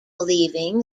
believing